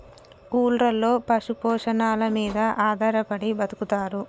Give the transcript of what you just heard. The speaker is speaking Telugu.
ఊర్లలో పశు పోషణల మీద ఆధారపడి బతుకుతారు